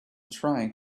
trying